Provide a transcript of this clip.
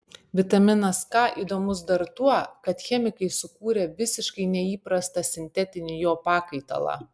vitaminas k įdomus dar tuo kad chemikai sukūrė visiškai neįprastą sintetinį jo pakaitalą